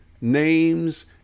names